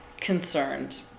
concerned